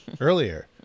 earlier